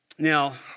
Now